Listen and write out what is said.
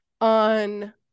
on